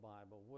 Bible